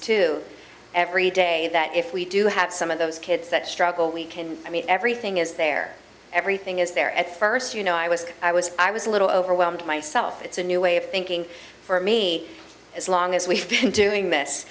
to every day that if we do have some of those kids that struggle we can i mean everything is there everything is there at first you know i was i was i was a little overwhelmed myself it's a new way of thinking for me as long as we've been